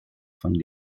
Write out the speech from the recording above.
von